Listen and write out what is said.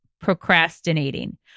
procrastinating